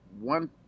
one